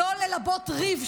לא גזרה על עצמה שלא ללבות ריב,